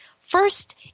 First